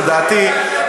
לדעתי,